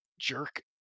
jerk